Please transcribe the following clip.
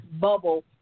bubble